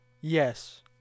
Yes